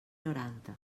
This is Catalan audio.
noranta